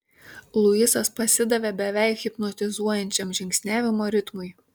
luisas pasidavė beveik hipnotizuojančiam žingsniavimo ritmui